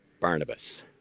Barnabas